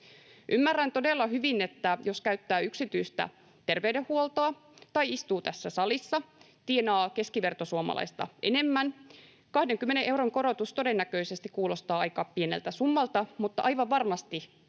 Ymmärrän todella hyvin, että jos käyttää yksityistä terveydenhuoltoa tai istuu tässä salissa, tienaa keskivertosuomalaista enemmän, 20 euron korotus todennäköisesti kuulostaa aika pieneltä summalta, mutta aivan varmasti me kaikki